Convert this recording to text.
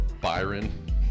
Byron